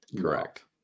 Correct